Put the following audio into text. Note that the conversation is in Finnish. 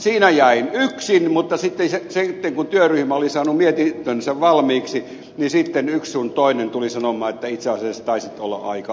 siinä jäin yksin mutta sitten kun työryhmä oli saanut mietintönsä valmiiksi sitten yksi sun toinen tuli sanomaan että itse asiassa taisit olla aika oikeassa